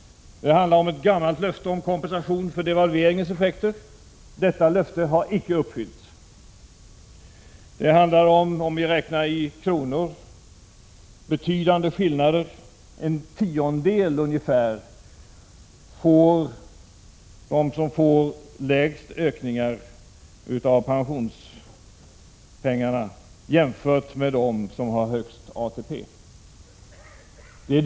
Det handlar om ett gammalt löfte om kompensation för devalveringens effekter. Detta löfte har inte heller uppfyllts. Det handlar om, om vi räknar i kronor, betydande skillnader. Ungefär en tiondel av pensionärerna får mycket låga ökningar av pensionen jämfört med dem som har högsta ATP.